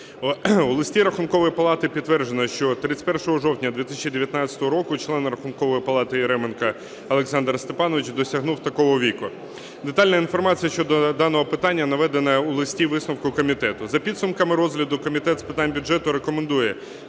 У листі Рахункової палати підтверджено, що 31 жовтня 2019 року член Рахункової палати Яременко Олександр Степанович досягнув такого віку. Детальна інформація щодо даного питання наведена у листі-висновку комітету. За підсумками розгляду, Комітет з питань бюджету рекомендує